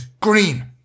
green